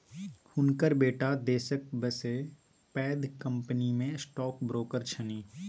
हुनकर बेटा देशक बसे पैघ कंपनीमे स्टॉक ब्रोकर छनि